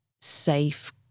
safe